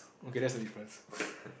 okay that's the difference